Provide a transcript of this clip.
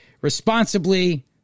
responsibly